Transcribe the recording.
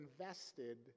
invested